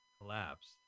collapsed